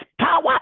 power